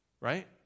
Right